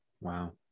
Wow